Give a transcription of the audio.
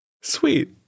Sweet